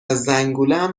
زنگولم